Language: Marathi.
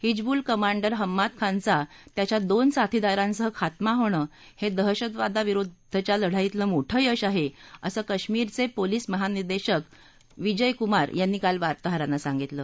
हिबूल कमांडर हम्माद खानचा त्याच्या दोन साथादारांसह खात्मा होणं हे दहशतवादा विरुद्धच्या लढाईतील मोठं यश आहे असं काश्मिरचे पोलीस महानिर्देशक विजयकुमार यांनी काल वार्ताहरांना सांगितलं